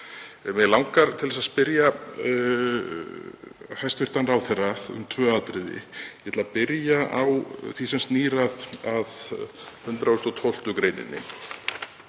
Mig langar til að spyrja hæstv. ráðherra um tvö atriði. Ég ætla að byrja á því sem snýr að 112. gr.,